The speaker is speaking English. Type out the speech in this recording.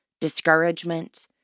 discouragement